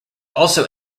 also